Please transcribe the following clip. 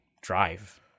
drive